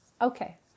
Okay